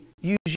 use